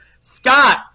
Scott